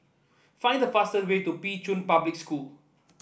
find the fastest way to Pei Chun Public School